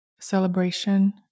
celebration